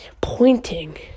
pointing